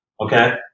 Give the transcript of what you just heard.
Okay